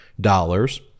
dollars